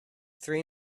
three